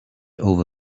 over